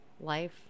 life